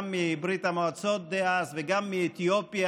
גם מברית המועצות דאז וגם מאתיופיה,